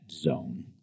zone